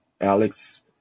Alex